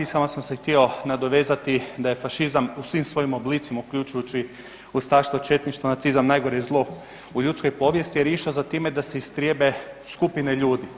Samo sam se htio nadovezati da je fašizam u svim svojim oblicima, uključujući ustaštvo, četništvo, nacizam, najgore zlo u ljudskoj povijesti jer je išlo za time da se istrijebe skupine ljudi.